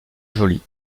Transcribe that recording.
joli